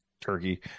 turkey